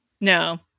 No